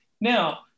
Now